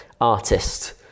artist